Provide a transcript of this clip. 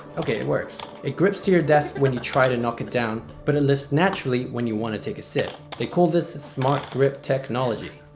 ok it works it grips to your desk when you try to knock it down but it lifts naturally when you wanna take a sip. they call this smartgrip technology.